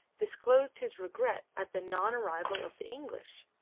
disclosed his regret at the non-arrival of the english,